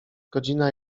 godzina